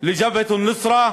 ל"ג'בהת א-נוסרה"